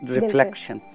Reflection